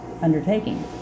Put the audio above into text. undertaking